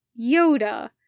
Yoda